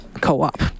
co-op